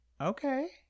Okay